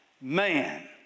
man